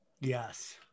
Yes